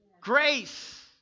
Grace